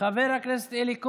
חבר הכנסת אלי כהן,